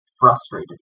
frustrated